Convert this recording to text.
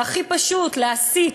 זה הכי פשוט להסית,